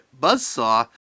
Buzzsaw